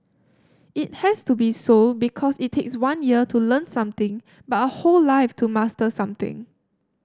it has to be so because it takes one year to learn something but a whole life to master something